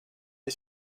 est